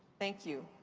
thank you.